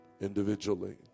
individually